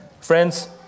Friends